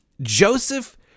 Joseph